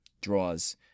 draws